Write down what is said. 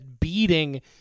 beating